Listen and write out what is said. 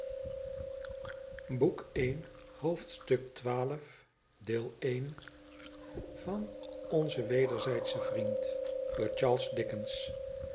vrie onze wederzijdsche vriend door charles dickens